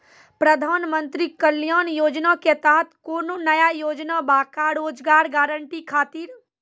प्रधानमंत्री कल्याण योजना के तहत कोनो नया योजना बा का रोजगार गारंटी खातिर?